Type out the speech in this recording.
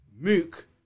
Mook